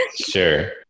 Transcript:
Sure